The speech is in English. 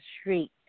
street